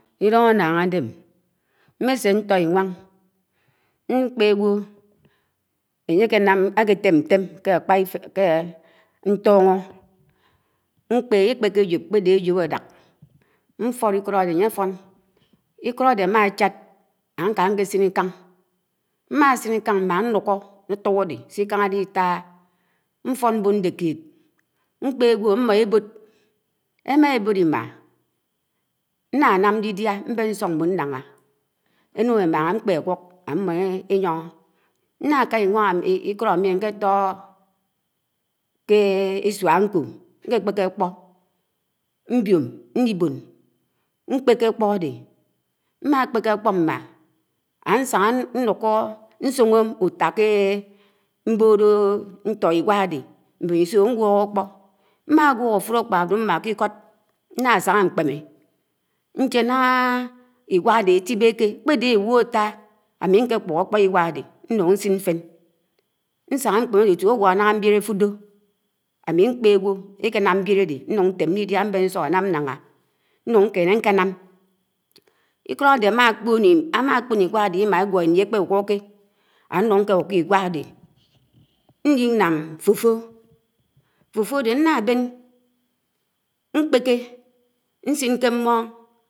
Ilúng ánnáng ádem, ḿmeśe ñto̱ Inwang, m̄kpe ágwo̱, añye akenam, áketém ñtem k̄e ákpa kē ñtono, ékpeké àj́o̱p k̄pede ájo̱p ádak, ñto̱p Iko̱t áde ánye áton. Iko̱t áde ámachàt àka ñkesin Ikáng mmásin, Ikáng m̄ma, àmi nlo̱ku nto̱h àde sè Ikang álitàha, ñfud m̄bo̱n àto̱kéd, ñkpe ágwo ámno̱ ébo̱d, emabo̱d Im̄ma̱ ñna nām ñdidia m̄ben ñso̱k m̄bo̱n ñnaha̱ ēnun ēmaha ákpe àkuk àmo āyono̱, n̄na ká Ikód ámi ñketo̱ho̱ ḱe ēsua āko āde m̄ma kpēkē ākpo̱ m̄bio̱m, mibo̱n, nk̄pek̄e ákpo̱ āde m̄ma, àsana ñluko̱ ñsono̱ uta ke mbo̱d nto̱ igwa ade mberiso̱ ámi ñgwo̱k àkpo̱. M̄ma ḡwo̱k àtulo̱ ákpo̱ āde m̄ma k̄i Íko̱d, ñna s̄aha ñkpeme, ñche ñaha ígwa āde àtibéke, ńkpéde ēgwu āta, ámmi nképuho̱ ákpo̱ ígwa áde ñun ñsin ñten ñsaha nk̄peme Itie ūgwo̱, ñaha m̄bile̱ āde nùn ñtem ñdidia m̄ben ñso̱k ánam nb̄ana, ñun ñkeñe nkẽnam. Ik̄ọd āde ānakpo̱n íma, áma k̄po̱n ígwa āde Imu ígwo̱ íni ekpe gwuko̱ kè ánun kē ḡwoko̱ íǵwa āde ñlinam toto ade nna ben nkpeke nsi nke mmon.